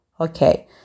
Okay